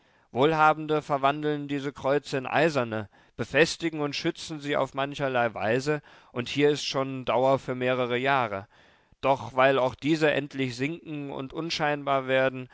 wohlhabende verwandeln diese kreuze in eiserne befestigen und schützen sie auf mancherlei weise und hier ist schon dauer für mehrere jahre doch weil auch diese endlich sinken und unscheinbar werden